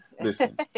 listen